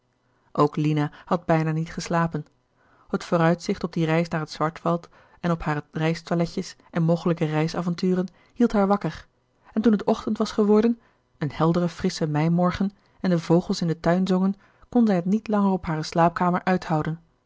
ook lina had bijna niet geslapen het vooruitzicht op die reis naar het schwarzwald en op hare reistoiletjes en mogelijke reisavonturen hield haar wakker en toen het ochtend was geworden een heldere frissche meimorgen en de vogels in den tuin zongen kon zij het niet langer op hare slaapkamer uithouden